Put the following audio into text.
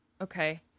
Okay